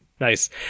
nice